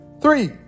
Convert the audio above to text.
three